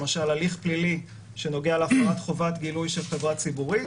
למשל הליך פלילי שנוגע להפרת חובת גילוי של חברה ציבורית,